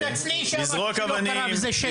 תתנצלי שאמרת שזה לא קרה ושזה שקר.